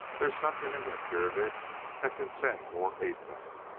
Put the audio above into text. there's something in that pyramid that can send more ape-men,